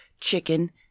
chicken